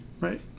Right